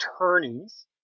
attorneys